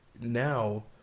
Now